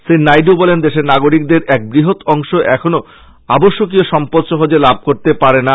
শ্রী নাইড় বলেন দেশের নাগরিকদের এক বৃহৎ অংশ এখনো আবশ্যকীয় সম্পদ সহজে লাভ করতে পারেনা